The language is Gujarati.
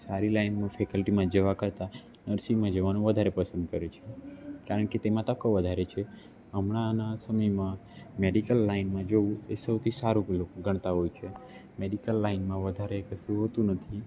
સારી લાઇન ફેકલ્ટીમાં જવા કરતાં નર્સિંગમાં જવાનું વધારે પસંદ કરે છે કારણ કે તેમાં તકો વધારે છે હમણાંના સમયમાં મેડિકલ લાઇનમાં જવું એ સૌથી સારું તે લોકો ગણતાં હોય છે મેડિકલ લાઇનમાં વધારે કશું હોતું નથી